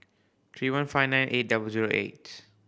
three one five nine eight double zero eight